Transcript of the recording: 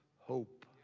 hope